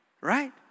right